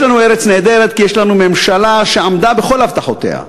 יש לנו ארץ נהדרת כי יש לנו ממשלה שעמדה בכל הבטחותיה: